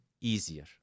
easier